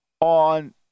on